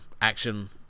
action